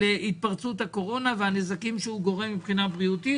התפרצות הקורונה והנזקים שהוא גורם מבחינה בריאותית